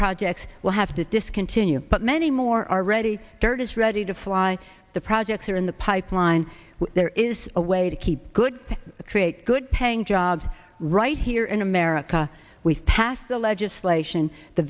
projects will have to discontinue but many more are ready dirt is ready to fly the projects are in the pipeline there is a way to keep good create good paying jobs right here in america we've passed the legislation the